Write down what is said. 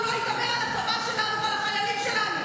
במצב מלחמה הוא לא ידבר על הצבא שלנו ועל החיילים שלנו.